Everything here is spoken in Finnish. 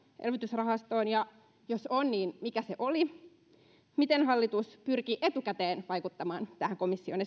elvytysrahastoon ja jos on niin mikä se oli miten hallitus pyrki etukäteen vaikuttamaan tähän komission